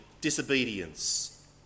disobedience